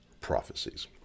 prophecies